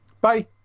Bye